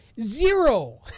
Zero